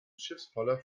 schiffspoller